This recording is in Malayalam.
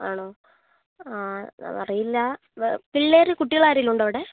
ആണോ ആ അറിയില്ല പിള്ളേർ കുട്ടികളാരെങ്കിലും ഉണ്ടോ അവിടെ